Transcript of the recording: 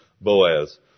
Boaz